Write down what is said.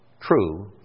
true